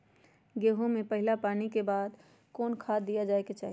गेंहू में पहिला पानी के बाद कौन खाद दिया के चाही?